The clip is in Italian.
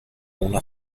una